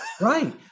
Right